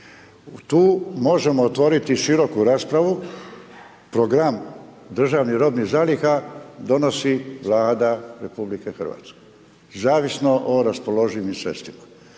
Tu možemo otvoriti široku raspravu, program državnih robnih zaliha donosi Vlada RH zavisno o raspoloživim sredstvima.